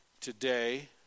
today